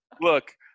Look